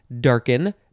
darken